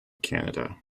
canada